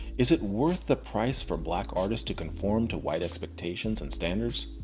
is it worth the price for black artists to conform to white expectations and standards?